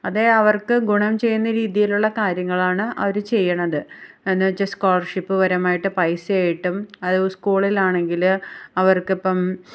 അത് അവർക്ക് ഗുണം ചെയ്യുന്ന രീതിയിലുള്ള കാര്യങ്ങളാണ് അവർ ചെയ്യുന്നത് എന്നുവെച്ചാൽ സ്കോളർഷിപ്പുപരമായിട്ട് പൈസ ആയിട്ടും സ്കൂളിലാണെങ്കിൽ അവർക്കിപ്പം